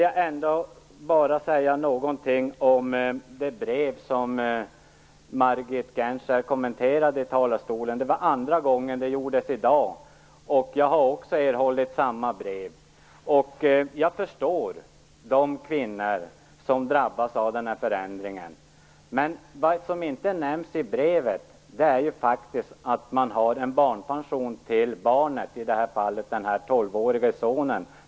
Jag skall säga något om det brev som Margit Gennser kommenterade i sitt anförande. Det var andra gången i dag. Också jag har erhållit detta brev. Jag förstår de kvinnor som drabbas av denna förändring, men vad som inte nämns i brevet är att barnet, i detta fall den 12-årige sonen, har en barnpension.